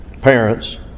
parents